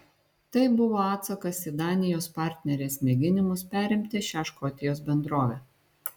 tai buvo atsakas į danijos partnerės mėginimus perimti šią škotijos bendrovę